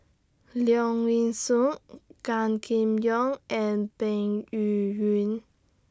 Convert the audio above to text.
Leong Yee Soo Gan Kim Yong and Peng Yuyun